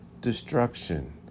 destruction